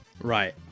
Right